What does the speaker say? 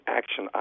action